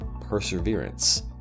perseverance